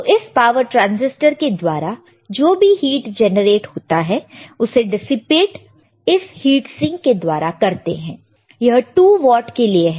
तो इस power transistor के द्वारा जो भी हिट जनरेट होता है उसे डिसिपेट इस हीट सिंक के द्वारा करते हैं यह 2 व्हाट के लिए है